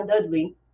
Dudley